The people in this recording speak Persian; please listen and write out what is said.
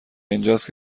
اینجاست